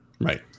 Right